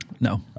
No